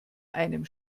einem